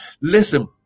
Listen